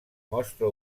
mostra